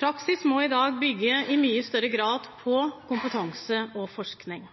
Praksis må i dag i mye større grad bygge på kompetanse og forskning.